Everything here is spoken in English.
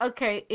Okay